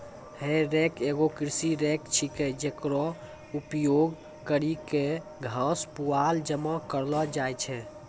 हे रेक एगो कृषि रेक छिकै, जेकरो उपयोग करि क घास, पुआल जमा करलो जाय छै